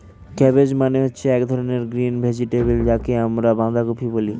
cabbage মানে হচ্ছে এক ধরনের গ্রিন ভেজিটেবল যাকে আমরা বাঁধাকপি বলি